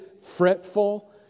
fretful